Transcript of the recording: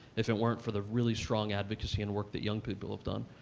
if it weren't for the really strong advocacy and work that young people have done.